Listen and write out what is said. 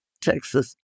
Texas